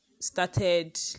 started